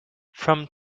from